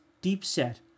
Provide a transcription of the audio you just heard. deep-set